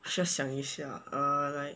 需要想一下 err like